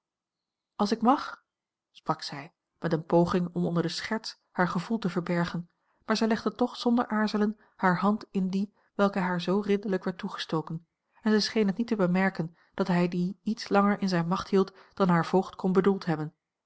als ik mag sprak zij met eene poging om onder de scherts haar gevoel te verbergen maar zij legde toch zonder aarzelen hare hand in die welke haar zoo ridderlijk werd toegestoken en zij scheen het niet te bemerken dat hij die iets langer in zijne macht hield dan haar voogd kon bedoeld hebben